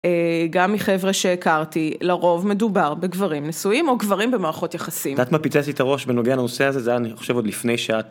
גם מחבר'ה שהכרתי, לרוב מדובר בגברים נשואים או גברים במערכות יחסים. -את יודעת מה פיצץ לי את הראש בנוגע לנושא הזה? זה היה, אני חושב, עוד לפני שעה.